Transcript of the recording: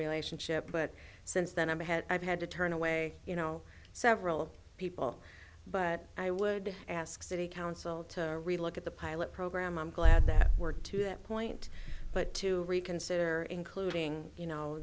relationship but since then i've had i've had to turn away you know several people but i would ask city council to relook at the pilot program i'm glad that we're to that point but to reconsider including you know